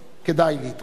כדאי להתרגש.